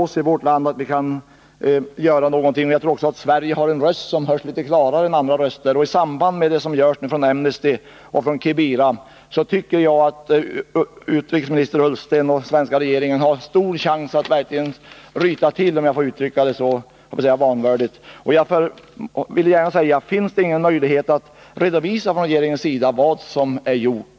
oss i vårt land att göra någonting, men jag tror också att Sverige har en röst som hörs litet klarare än andra. I samband med det som nu görs av Amnesty och av Kibira tycker jag att utrikesminister Ullsten och svenska regeringen haren stor chans att verkligen ryta till, om jag får uttrycka mig så vanvördigt. Finns det ingen möjlighet att redovisa vad som har gjorts från regeringens sida?